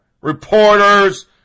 reporters